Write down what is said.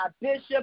Bishop